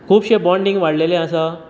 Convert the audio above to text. खूब शें बोंडींग वाडलेलें आसा